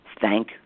thank